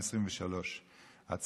הכנסת לקריאה שנייה ולקריאה שלישית את